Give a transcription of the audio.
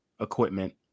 equipment